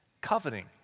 Coveting